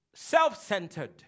Self-centered